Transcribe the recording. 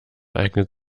eignet